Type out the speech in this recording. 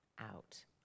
out